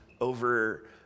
over